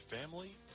family